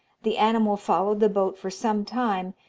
the animal followed the boat for some time,